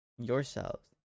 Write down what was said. yourselves